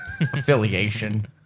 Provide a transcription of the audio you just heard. affiliation